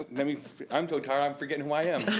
ah i mean i'm so tired i'm forgetting who i am.